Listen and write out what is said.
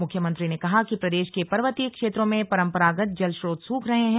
मुख्यमंत्री ने कहा कि प्रदेश के पर्वतीय क्षेत्रों में परम्परागत जल श्रोत सूख रहे हैं